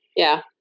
yeah.